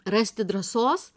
rasti drąsos